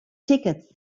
tickets